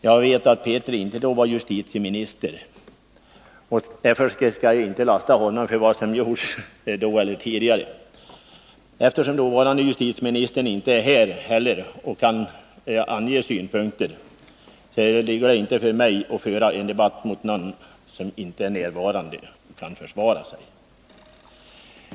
Jag vet att Carl Axel Petri inte var justitieminister då, och därför skall jag inte lasta honom för vad som har gjorts tidigare. Dåvarande justitieministern är inte här och kan inte ange synpunkter, och det ligger inte för mig att föra debatt mot någon som ej är närvarande och ej kan försvara sig.